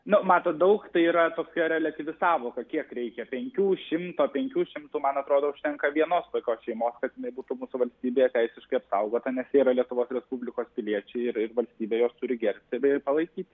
nu matot daug tai yra tokia reliatyvi sąvoka kiek reikia penkių šimto penkių šimtų man atrodo užtenka vienos tokios šeimos kad jinai būtų bus valstybėje teisiškai apsaugota nes jie yra lietuvos respublikos piliečiai yra valstybė jos turi gerbti bei palaikyti